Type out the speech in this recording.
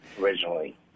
originally